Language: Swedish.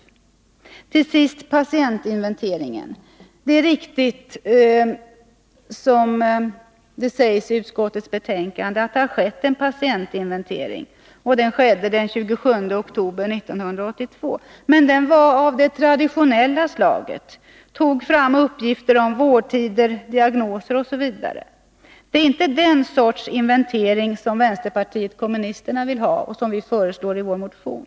Till sist vill jag säga några ord om patientinventeringen. Det är riktigt, som det står i utskottsbetänkandet, att det skett en patientinventering. Den skedde den 27 oktober 1982. Men den var av traditionellt slag. Där togs fram uppgifter om vårdtider, diagnoser osv. Det är inte den sortens inventering som vänsterpartiet kommunisterna vill ha och som vi föreslår i vår motion.